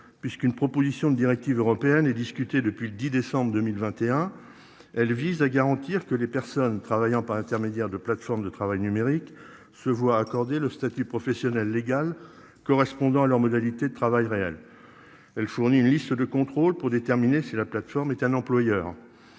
puisqu'une proposition de directive européenne est discuté depuis le 10 décembre 2021. Elle vise à garantir que les personnes ne travaillant par l'intermédiaire de plateforme de travail numérique se voit accorder le statut professionnel légale, correspondant à leurs modalités de travail réel. Elle fournit une liste de contrôles pour déterminer si la plateforme est un employeur.